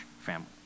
family